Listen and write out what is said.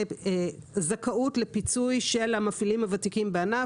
זכאות לפיצוי של המפעילים הוותיקים בענף.